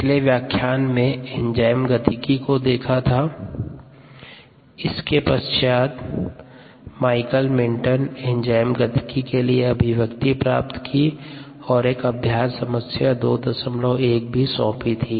पिछले व्याख्यान में एंजाइम गतिकी को देखा था माइकलिस मेन्टेन एंजाइम गतिकी के लिए अभिव्यक्ति प्राप्त की और एक अभ्यास समस्या 21 भी सौंपी थी